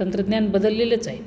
तंत्रज्ञान बदललेलंच आहे